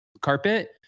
carpet